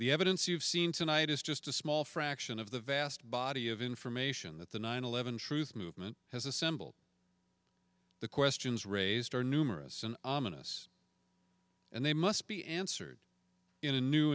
the evidence you've seen tonight is just a small fraction of the vast body of information that the nine eleven truth movement has assembled the questions raised are numerous an ominous and they must be answered in a new